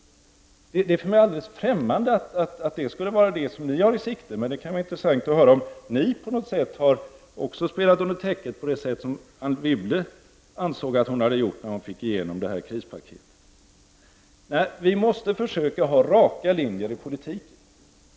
Det är för mig alldeles främmande att det skulle vara detta som ni har i sikte. Men det kan vara intressant att höra om ni också har spelat under täcket på det sätt Anne Wibble ansåg att hon hade gjort när hon fick igenom det här krispaketet. Nej, vi måste försöka ha raka linjer i politiken.